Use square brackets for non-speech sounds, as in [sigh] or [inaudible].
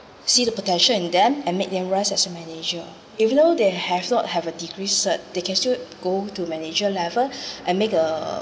see the potential in them and make them rise as a manager even though they have not have a degree cert they can still go to manager level [breath] and make a